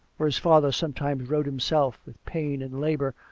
or his father sometimes wrote him self, with pain and labour,